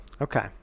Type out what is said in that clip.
Okay